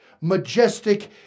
Majestic